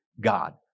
God